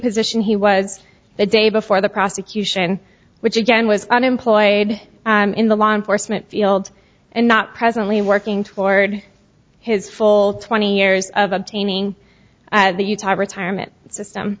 position he was the day before the prosecution which again was unemployed in the law enforcement field and not presently working toward his full twenty years of obtaining at the utah retirement system